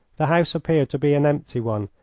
the house appeared to be an empty one,